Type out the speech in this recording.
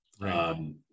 Right